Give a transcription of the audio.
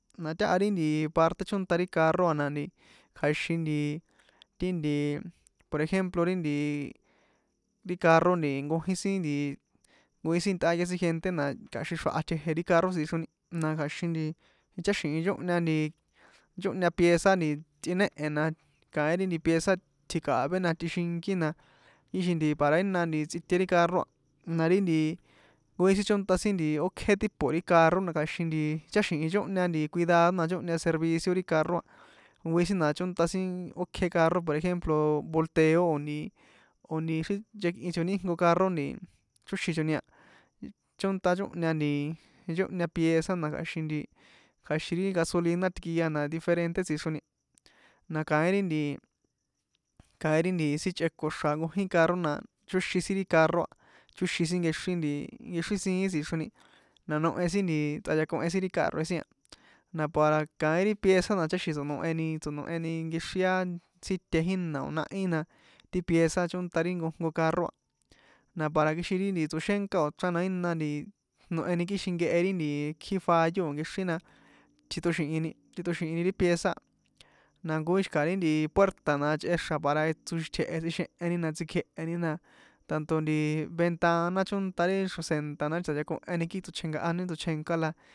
Sin a na táha ri nti parte chónta ri carro a na nti kja̱xin nti ti nti por ejemplo ri nti ri carro nti nkojin sin nti nkojin tsꞌaya sin gente na kja̱xin xra̱ha tjeje ri carro tsixroni na kja̱xin nti ticháxi̱n nchóhña pieza nti tsꞌinéhe̱ na kaín ri pieza tji̱ka̱vé na tꞌixinki na kixin nti para jina tsꞌite ri carro a na ri nti nkojin sin chónta sin nti ókje tipo ri carro na kja̱xin nti ticháxi̱n nchóhña cuidado na nchóhña servicio ri carro a nkojin sin na chónta sin ókje carro por ejemplo volteo o̱ nti o̱ nti nkexrín nchekꞌichoni íjnko carro chŏxin choni a chónta nchóhña nti nchóhña pieza na kja̱xin ri nti gasolina tikia na diferente tsixroni na kaín ri nti kaín ri nti síchꞌéko xra̱ nkojin carro na chóxin sin ri carro a chóxin sin nkexri nti nkexrin siín tsixroni na nohe sin nti nkexrí tsꞌayakohen sin ri cárroé sin na para kaín ri pieza na ticháxi̱n tso̱noheni tsonoheni nkexrín a síte jína o̱ nahí na ti pieza chónta nkojko carro a na para kixin ri nti tsoxénka o̱ chran na ina nti noheni kixin nkehe ri ikji fallo na o̱ nkexri na tjitóxi̱hin tjitóxi̱hini ri pieza a na nkojin xi̱kaha ri puerta na chꞌe xra̱ para tsoxitje̱he tsꞌixeheni na tsikjéhe̱ni na tanto nti ventana chónta ri xro̱se̱nta na tsáyakoheni kii tsochenkaha kii ti tsochenka la.